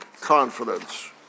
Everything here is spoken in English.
confidence